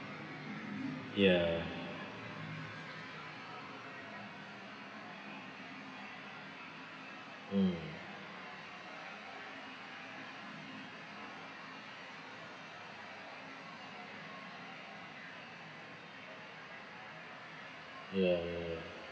ya mm ya ya ya